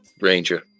Ranger